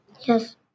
Yes